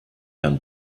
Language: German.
herrn